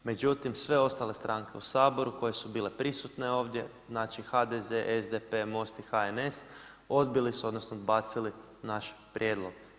Međutim, sve ostale stranke u Saboru koje su bile prisutne ovdje, znači HDZ, SDP, Most i HNS, odbili su odnosno, odbacili naš prijedlog.